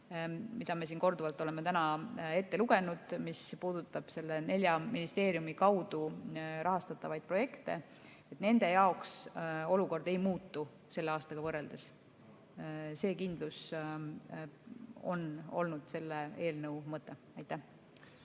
nagu me siin korduvalt oleme täna ette lugenud, mis puudutab nelja ministeeriumi kaudu rahastatavaid projekte. Nende jaoks olukord ei muutu selle aastaga võrreldes. See kindlus on olnud selle eelnõu mõte. Tarmo